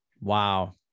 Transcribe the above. Wow